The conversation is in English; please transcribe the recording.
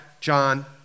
John